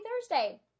thursday